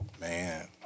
Man